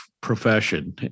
profession